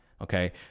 Okay